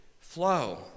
flow